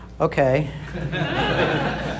Okay